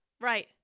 right